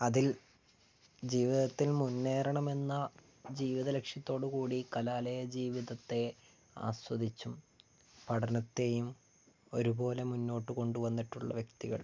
അതിൽ ജീവിതത്തിൽ മുന്നേറണമെന്ന ജീവിത ലക്ഷ്യത്തോടുകൂടി കലാലയ ജീവിതത്തെ ആസ്വദിച്ചും പഠനത്തെയും ഒരുപോലെ മുന്നോട്ട് കൊണ്ടുവന്നിട്ടുള്ള വ്യക്തികൾ